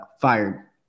fired